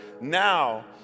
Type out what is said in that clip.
now